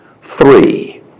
Three